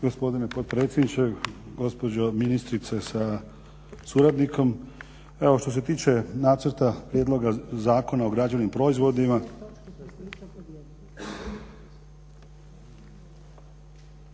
Gospodine potpredsjedniče, gospođo ministrice sa suradnikom. Evo što se tiče Nacrta prijedloga zakona o građevnim proizvodima